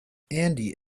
andy